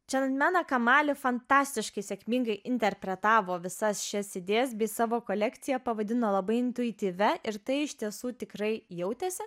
chemena kamali fantastiškai sėkmingai interpretavo visas šias idėjas bei savo kolekciją pavadino labai intuityvia ir tai iš tiesų tikrai jautėsi